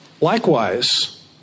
Likewise